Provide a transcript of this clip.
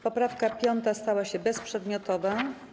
Poprawka 5. stała się bezprzedmiotowa.